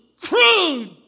crude